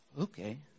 Okay